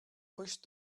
pushed